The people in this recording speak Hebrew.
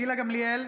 גילה גמליאל,